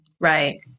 Right